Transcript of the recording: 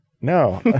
No